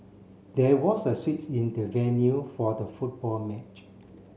there was a switch in the venue for the football match